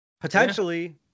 Potentially